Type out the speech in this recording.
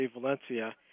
Valencia